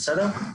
בסדר?